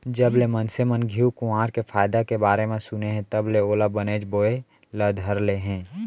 जबले मनसे मन घींव कुंवार के फायदा के बारे म सुने हें तब ले ओला बनेच बोए ल धरे हें